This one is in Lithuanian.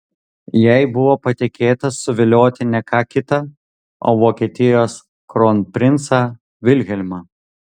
jai buvo patikėta suvilioti ne ką kitą o vokietijos kronprincą vilhelmą